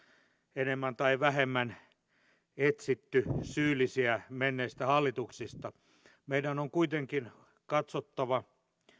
enemmän tai vähemmän etsitty syyllisiä menneistä hallituksista meidän on kuitenkin katsottava